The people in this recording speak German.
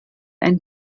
ein